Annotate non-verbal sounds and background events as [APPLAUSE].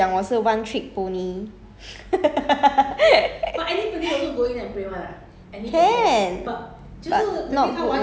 你玩来我每次玩来玩去都是玩那几个 hero jing wei 讲我是 one trick only [LAUGHS]